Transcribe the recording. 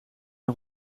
nog